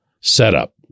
setup